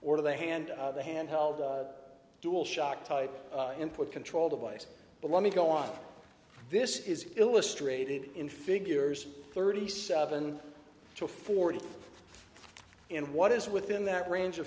or the hand the handheld dual shock type input control device but let me go on this is illustrated in figures thirty seven to forty and what is within that range of